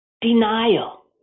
Denial